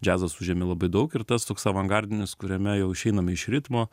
džiazas užėmė labai daug ir tas toks avangardinis kuriame jau išeiname iš ritmo